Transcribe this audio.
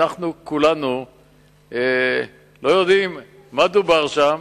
אנחנו כולנו לא יודעים מה דובר שם,